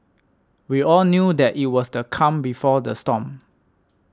we all knew that it was the calm before the storm